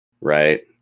right